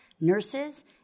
nurses